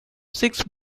six